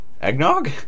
Eggnog